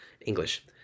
English